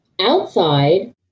outside